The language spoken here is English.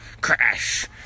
crash